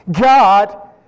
God